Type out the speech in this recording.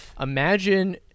imagine